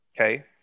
Okay